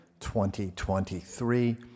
2023